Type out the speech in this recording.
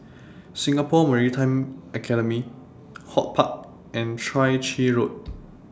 Singapore Maritime Academy HortPark and Chai Chee Road